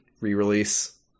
re-release